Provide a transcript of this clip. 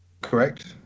Correct